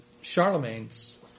Charlemagne's